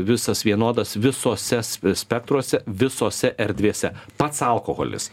visas vienodas visose spektruose visose erdvėse pats alkoholis